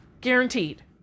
guaranteed